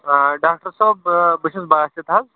آ ڈاکٹر صٲب بہٕ چھُس باسِط حظ